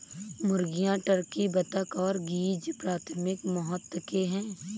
मुर्गियां, टर्की, बत्तख और गीज़ प्राथमिक महत्व के हैं